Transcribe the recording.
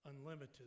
unlimited